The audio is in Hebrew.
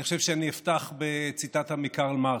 אני חושב שאני אפתח בציטטה מקרל מרקס,